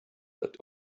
that